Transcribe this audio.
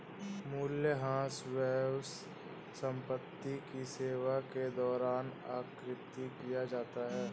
मूल्यह्रास व्यय संपत्ति की सेवा के दौरान आकृति किया जाता है